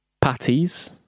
Patties